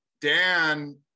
Dan